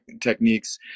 techniques